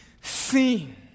seen